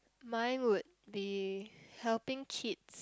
mine would be helping kids